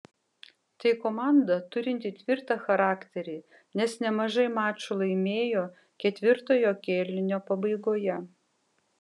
tai komanda turinti tvirtą charakterį nes nemažai mačų laimėjo ketvirtojo kėlinio pabaigoje